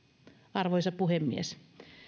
arvoisa puhemies